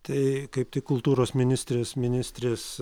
tai kaip tik kultūros ministrės ministrės